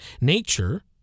Nature